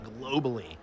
globally